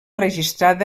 registrat